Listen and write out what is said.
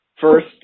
first